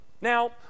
Now